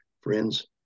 friends